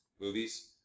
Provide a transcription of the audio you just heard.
movies